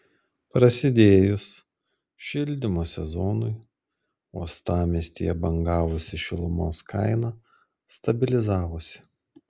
prasidėjus šildymo sezonui uostamiestyje bangavusi šilumos kaina stabilizavosi